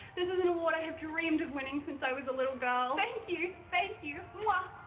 this is an award i have dreamed of winning since i was a little girl. thank you! thank you! mwah.